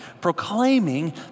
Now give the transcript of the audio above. proclaiming